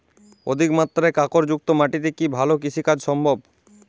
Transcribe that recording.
অধিকমাত্রায় কাঁকরযুক্ত মাটিতে কি ভালো কৃষিকাজ সম্ভব?